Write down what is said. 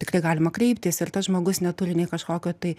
tikrai galima kreiptis ir tas žmogus neturi nei kažkokio tai